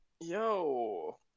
Yo